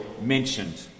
mentioned